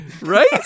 Right